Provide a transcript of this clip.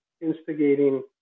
instigating